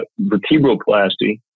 vertebroplasty